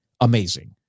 amazing